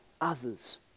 others